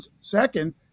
second